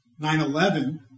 9-11